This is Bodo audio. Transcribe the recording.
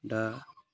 दा